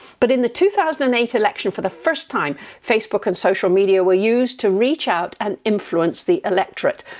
but in the two thousand and eight election, for the first time facebook and social media were used to reach out and influence the electorate,